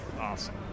Awesome